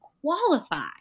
qualify